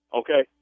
okay